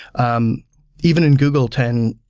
um even in google ten,